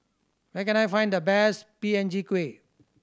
where can I find the best P N G kueh